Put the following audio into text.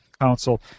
Council